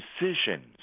decisions